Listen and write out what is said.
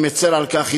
אני מצר על כך,